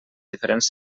diferents